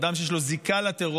אדם שיש לו זיקה לטרור,